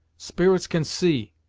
spirits can see,